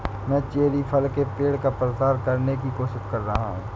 मैं चेरी फल के पेड़ का प्रसार करने की कोशिश कर रहा हूं